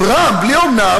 "ברם" בלי אומנם,